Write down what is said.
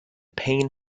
pain